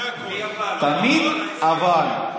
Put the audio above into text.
בלי אבל, תמיד אבל.